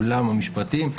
אולם המשפטים,